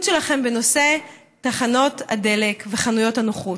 שלכם בנושא תחנות הדלק וחנויות הנוחות.